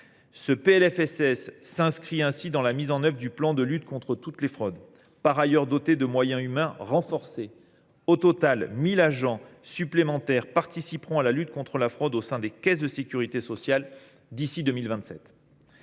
Ce PLFSS s’inscrit ainsi dans la mise en œuvre du plan de lutte contre toutes les fraudes, par ailleurs doté de moyens humains renforcés. Au total, 1 000 agents supplémentaires participeront à la lutte contre la fraude au sein des caisses de sécurité sociale d’ici à 2027.